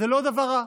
זה לא דבר רע,